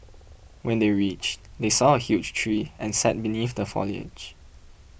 when they reached they saw a huge tree and sat beneath the foliage